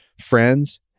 friends